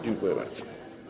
Dziękuję bardzo.